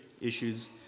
issues